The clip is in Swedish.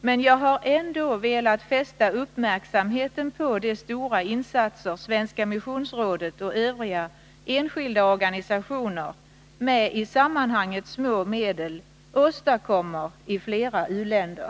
Men jag har velat fästa uppmärksamheten på de stora insatser som Svenska missionsrådet och övriga enskilda organisationer med i sammanhanget små medel åstadkommer i flera u-länder.